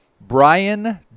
Brian